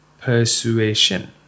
persuasion